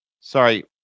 sorry